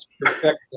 perfect